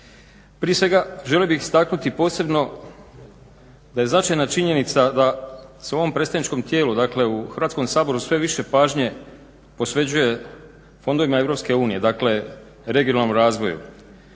Prije svega želio bi istaknuti posebno da je značajna činjenica da se u ovom predstavničkom tijelu, dakle u Hrvatskom saboru sve više pažnje posvećuje fondovima EU, dakle regionalnom razvoju.